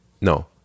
no